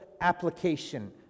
application